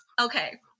okay